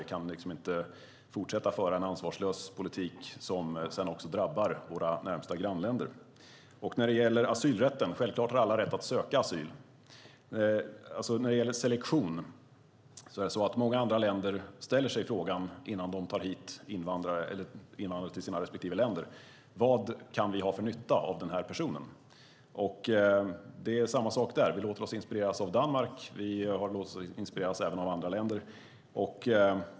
Vi kan inte fortsätta föra en ansvarslös politik som sedan också drabbar våra närmsta grannländer. När det gäller asylrätten har alla självklart rätt att söka asyl. När det gäller selektion ställer många andra länder sig frågan, innan de tar in invandrare till sina respektive länder, vad de kan ha för nytta av en person. Det är samma sak där, att vi låter oss inspireras av Danmark. Vi har även låtit oss inspireras av andra länder.